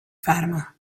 fatima